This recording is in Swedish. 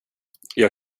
jag